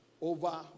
over